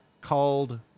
called